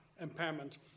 impairment